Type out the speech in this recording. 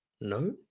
No